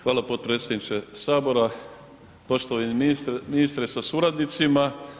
Hvala potpredsjedniče Sabora, poštovani ministre sa suradnicima.